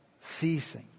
ceasing